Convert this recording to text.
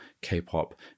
K-pop